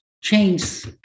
change